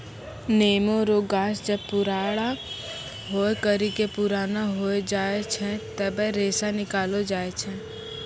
नेमो रो गाछ जब पुराणा होय करि के पुराना हो जाय छै तबै रेशा निकालो जाय छै